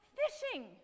fishing